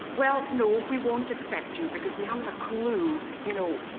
well, no, we won't accept you, because we haven't a clue, you know,